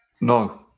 No